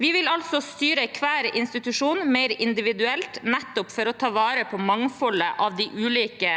Vi vil altså styre hver institusjon mer individuelt, nettopp for å ta vare på mangfoldet av de ulike